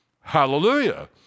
Hallelujah